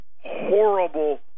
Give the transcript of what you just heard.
horrible